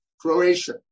Croatia